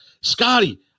scotty